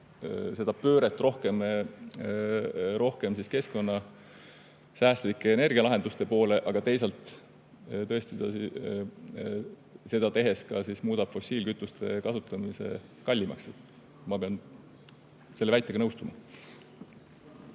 pööret rohkem keskkonnasäästlike energialahenduste poole, ja teisalt, tõesti, seda tehes muudetakse fossiilkütuste kasutamine kallimaks. Ma pean selle väitega nõustuma.